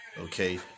okay